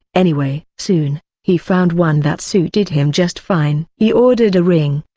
anyway. soon, he found one that suited him just fine. he ordered a ring,